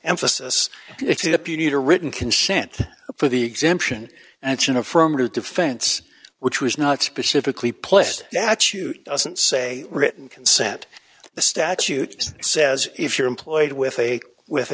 emphasis it up you need a written consent for the exemption and it's an affirmative defense which was not specifically pushed that chute doesn't say written consent the statute says if you're employed with a with